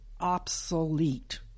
obsolete